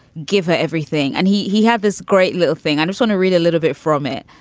give her everything. and he he had this great little thing. i just want to read a little bit from it.